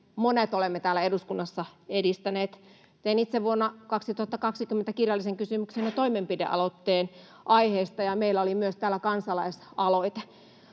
monet olemme täällä eduskunnassa edistäneet. Tein itse vuonna 2020 kirjallisen kysymyksen ja toimenpidealoitteen aiheesta, ja meillä oli täällä myös kansalaisaloite.